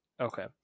Okay